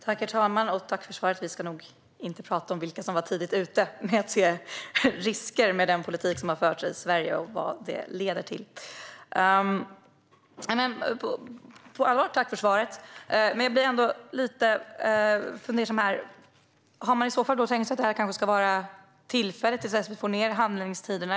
Herr talman! Vi ska nog inte prata om vilka som var tidigt ute med att se risker med den politik som har förts i Sverige och vad det leder till. Jag säger på allvar tack för svaret, men jag blir ändå lite fundersam. Har man i så fall tänkt sig att detta kanske ska vara tillfälligt, tills vi får ned handläggningstiderna?